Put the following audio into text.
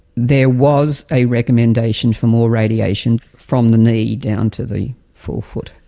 there was a recommendation for more radiation from the knee down to the full foot,